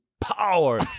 power